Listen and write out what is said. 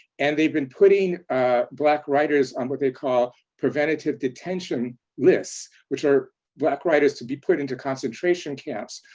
and they've been putting black writers on what they call preventative detention lists, which are black writers to be put into concentration camps,